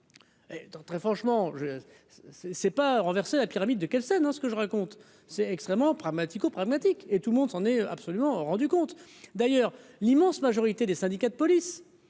très franchement je. C'est c'est pas renverser la pyramide de Kelsey dans ce que je raconte c'est extrêmement pragmatique, pragmatique et tout le monde s'en est absolument rendu compte d'ailleurs, l'immense majorité des syndicats de police